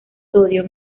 sodio